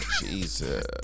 Jesus